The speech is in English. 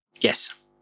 Yes